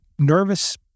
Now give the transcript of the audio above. nervous